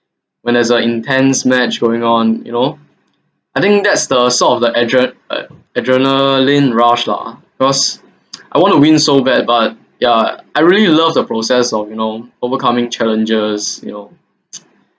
when there is a intense match going on you know I think that's the sort of the adre~ uh adrenaline rush lah because I want to win so bad but ya I really love the process of you know overcoming challenges you know